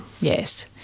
yes